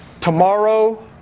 tomorrow